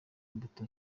imbuto